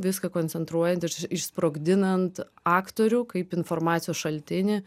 viską koncentruojant iš išsprogdinant aktorių kaip informacijos šaltinį